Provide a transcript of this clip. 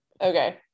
Okay